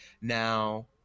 Now